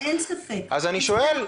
אז אני שואל,